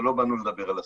אבל לא באנו לדבר על הסגר,